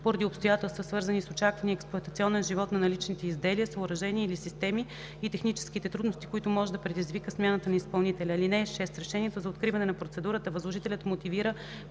поради обстоятелства, свързани с очаквания експлоатационен живот на наличните изделия, съоръжения или системи и техническите трудности, които може да предизвика смяната на изпълнителя. (6) С решението за откриване на процедурата възложителят мотивира